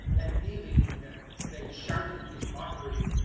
and kneeling to him they shouted in mockery,